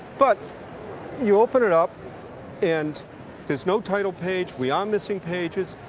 but you open it up and there's no title page. we are missing pages.